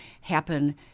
happen